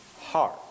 heart